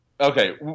Okay